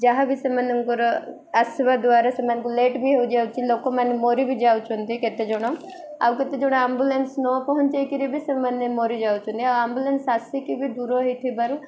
ଯାହାବି ସେମାନଙ୍କର ଆସିବା ଦ୍ୱାରା ସେମାନଙ୍କୁ ଲେଟ୍ ବି ହେଇଯାଉଛି ଲୋକମାନେ ମରି ବି ଯାଉଛନ୍ତି କେତେଜଣ ଆଉ କେତେଜଣ ଆମ୍ବୁଲାନ୍ସ ନ ପହଞ୍ଚାଇ କରି ବି ସେମାନେ ମରିଯାଉଛନ୍ତି ଆଉ ଆମ୍ବୁଲାନ୍ସ ଆସିକି ବି ଦୂର ହେଇଥିବାରୁ